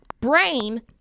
brain